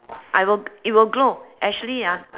I will it will grow actually ah